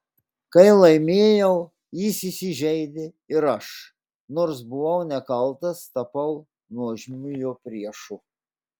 kai laimėjau jis įsižeidė ir aš nors buvau nekaltas tapau nuožmiu jo priešu